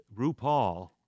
RuPaul